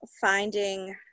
finding